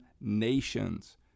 nations